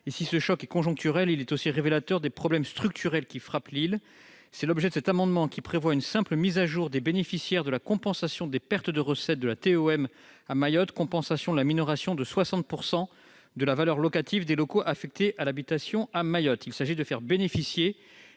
Si le choc est conjoncturel, il est aussi révélateur des problèmes structurels qui frappent l'île. L'auteur de l'amendement prévoit une simple mise à jour des bénéficiaires de la compensation des pertes de recettes issues de la TEOM à Mayotte, compensation de la minoration de 60 % de la valeur locative des locaux affectés à l'habitation à Mayotte. Il s'agit de faire bénéficier